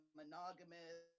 monogamous